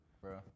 bro